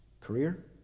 career